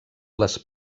les